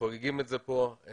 חוגגים את זה כאן.